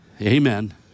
Amen